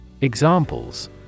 Examples